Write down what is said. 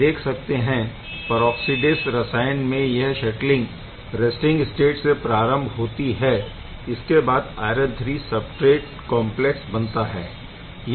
आप देख सकते है परऑक्सीडेस रसायन में यह शटलिंग रैस्टिंग स्टेट से प्रारम्भ होती है इसके बाद आयरन III सबस्ट्रेट कॉम्प्लेक्स बनाता है